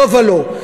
לא ולא.